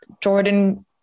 Jordan